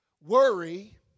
worry